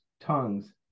tongues